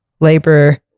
Labor